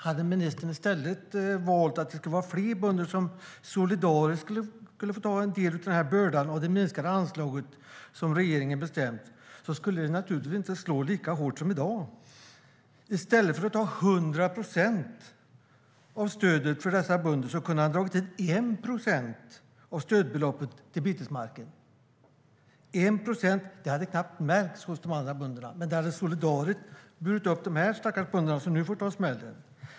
Hade ministern i stället valt att fler bönder solidariskt skulle ta en del av bördan av det minskade anslaget som regeringen bestämt skulle det naturligtvis inte slå lika hårt som i dag. I stället för att dra in 100 procent av stödet för dessa bönder kunde han ha dragit in 1 procent av stödbeloppet till betesmarker. 1 procent hade knappt märkts hos de andra bönderna, men det hade solidariskt burit upp de stackars bönder som nu får ta smällen.